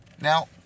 Now